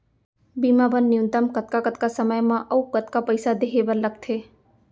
बीमा बर न्यूनतम कतका कतका समय मा अऊ कतका पइसा देहे बर लगथे